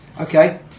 Okay